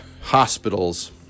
hospitals